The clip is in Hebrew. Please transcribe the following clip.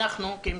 אנחנו כמשותפת,